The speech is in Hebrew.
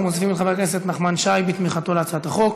אנחנו מוסיפים את חבר הכנסת נחמן שי כתומך בהצעת החוק.